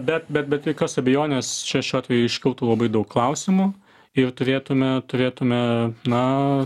bet bet bet jokios abejonės čia šiuo atveju iškiltų labai daug klausimų ir turėtume turėtume na